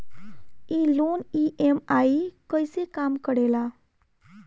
ई loan EMI कईसे काम करेला?